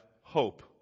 hope